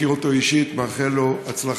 אני מכיר אותו אישית, מאחל לו הצלחה.